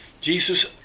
Jesus